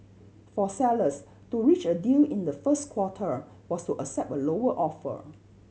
for sellers to reach a deal in the first quarter was to accept a lower offer